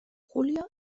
julio